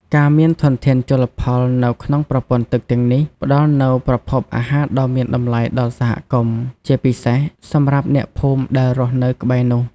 ការមានធនធានជលផលនៅក្នុងប្រព័ន្ធទឹកទាំងនេះ ផ្តល់នូវប្រភពអាហារដ៏មានតម្លៃដល់សហគមន៍ ជាពិសេសសម្រាប់អ្នកភូមិដែលរស់នៅក្បែរនោះ។